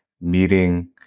meeting